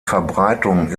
verbreitung